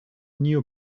knew